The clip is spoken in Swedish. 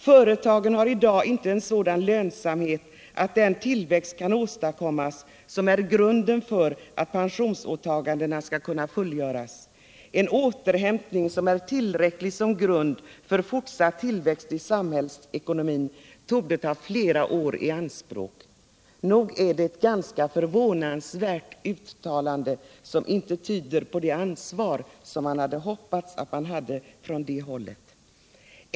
Företagen har i dag icke en sådan lönsamhet, att den tillväxt kan åstadkommas, som är grunden för att pensionsåtagandena skall kunna fullgöras. En återhämtning som är tillräcklig som grund för fortsatt tillväxt i samhällsekonomin torde ta flera år i anspråk.” — Nog är det ett ganska förvånansvärt uttalande, som inte tyder på det ansvar som vi hade hoppats på att man skulle ha på det hållet!